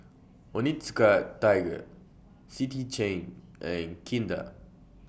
Onitsuka Tiger City Chain and Kinder